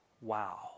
Wow